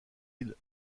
îles